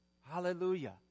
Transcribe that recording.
Hallelujah